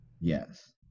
yes